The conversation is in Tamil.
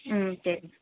ம் சரிங்க